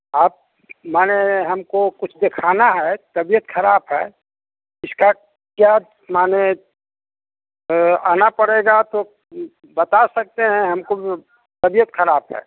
आप माने हमको कुछ दिखाना है तबियत खराब है इसका क्या माने आना पड़ेगा तो बता सकते हैं हमको तबियत खराब है